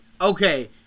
okay